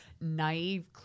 naive